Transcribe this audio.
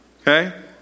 Okay